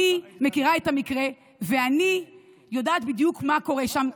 אני מכירה את המקרה ואני יודעת בדיוק מה קורה שם,